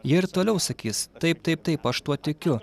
jie ir toliau sakys taip taip taip aš tuo tikiu